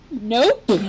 Nope